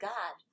God